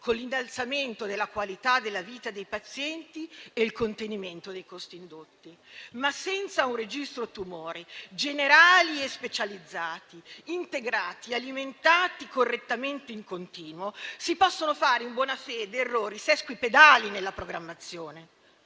con l'innalzamento della qualità della vita dei pazienti e il contenimento dei costi indotti. Ma senza dei registri tumori generali e specializzati integrati, alimentati correttamente e in continuo si possono fare in buona fede errori sesquipedali nella programmazione.